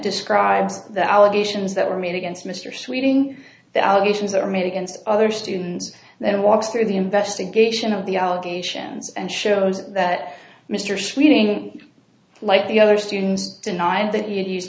describes the allegations that were made against mr sweeting the allegations are made against other students and then walks through the investigation of the allegations and shows that mr sweeting like the other students denied that you use